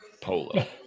polo